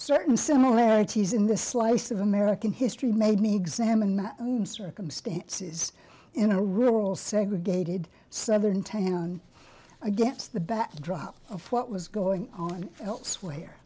certain similarities in the slice of american history made me examine my circumstances in a rural segregated southern town against the backdrop of what was going on elsewhere